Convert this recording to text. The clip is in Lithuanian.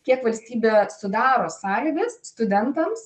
kiek valstybė sudaro sąlygas studentams